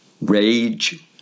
rage